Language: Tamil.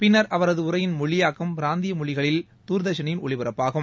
பின்னர் அவரது உரையின் மொழியாக்கம் பிராந்திய மொழிகளில் தூர்தர்ஷனில் ஒளிபரப்பாகும்